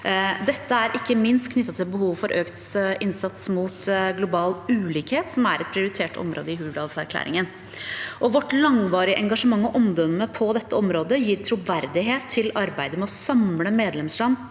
Dette er ikke minst knyttet til behovet for økt innsats mot global ulikhet, som er et prioritert område i Hurdalsplattformen. Vårt langvarige en gasjement og omdømme på dette området gir troverdighet til arbeidet med å samle medlemsland